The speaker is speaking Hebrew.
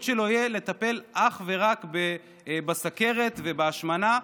שלו יהיה לטפל אך ורק בסוכרת ובהשמנה,